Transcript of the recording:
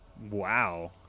Wow